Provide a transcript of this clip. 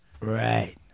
Right